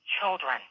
children